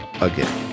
again